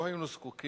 לא היינו זקוקים